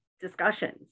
discussions